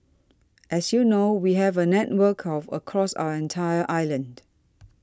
as you know we have a network of across our entire island